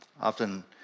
Often